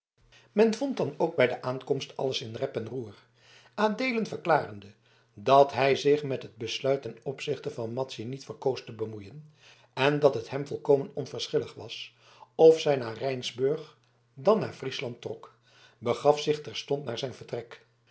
men vond dan ook bij de aankomst alles in rep en roer adeelen verklarende dat hij zich met het besluit ten opzichte van madzy niet verkoos te bemoeien en dat het hem volkomen onverschillig was of zij naar rijnsburg dan naar friesland trok begaf zich terstond naar zijn vertrek